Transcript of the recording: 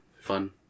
fun